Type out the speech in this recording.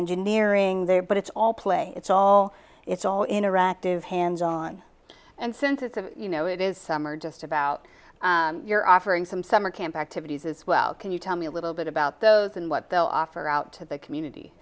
engineering there but it's all play it's all it's all interactive hands on and since it's a you know it is summer just about you're offering some summer camp activities as well can you tell me a little bit about and what they'll offer out to the community